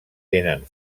tenen